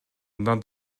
мындан